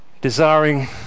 Desiring